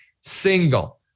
single